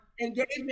engagement